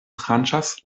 tranĉas